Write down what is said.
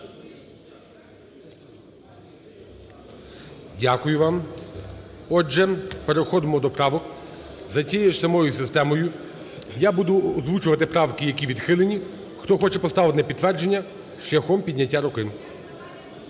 Дякую вам. Отже, переходимо до правок. За тією ж самою системою я буду озвучувати правки, які відхилені, хто хоче поставити на підтвердження, шляхом підняття руки.